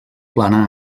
plana